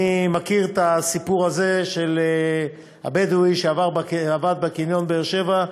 אני מכיר את הסיפור הזה של הבדואי שעבד בקניון בבאר-שבע,